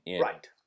Right